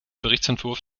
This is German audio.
berichtsentwurf